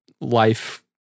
life